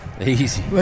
Easy